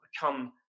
become